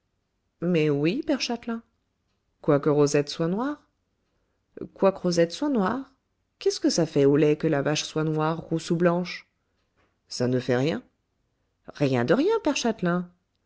mais oui père châtelain quoique rosette soit noire quoique rosette soit noire qu'est-ce que ça fait au lait que la vache soit noire rousse ou blanche ça ne fait rien rien de rien père châtelain